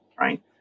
right